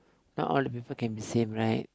not all the people can be same right